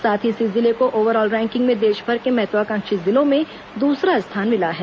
साथ ही इसी जिले को ओवरऑल रैंकिंग में देशभर के महत्वाकांक्षी जिलों में दूसरा स्थान मिला है